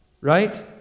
Right